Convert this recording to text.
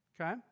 Okay